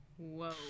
whoa